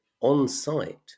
on-site